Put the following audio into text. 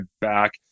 back